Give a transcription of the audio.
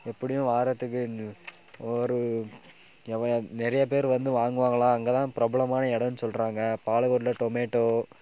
எப்படியும் வாரத்துக்கு ஒரு எவையா நிறையா பேர் வந்து வாங்குவாங்களாம் அங்கே தான் பிரபலமான எடம்னு சொல்கிறாங்க பாலைகோட்டில் டொமேட்டோ